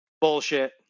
bullshit